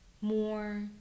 more